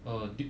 uh